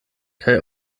kaj